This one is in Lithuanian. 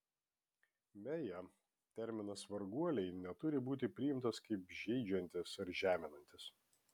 beje terminas varguoliai neturi būti priimtas kaip žeidžiantis ar žeminantis